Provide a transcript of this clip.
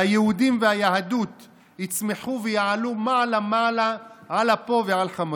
והיהודים והיהדות יצמחו ויעלו מעלה-מעלה על אפו ועל חמתו.